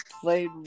played